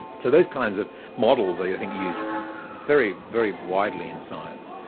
so those kinds of models, i think, are used very, very widely in science.